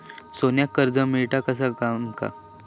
सोन्याक कर्ज मिळात काय आमका?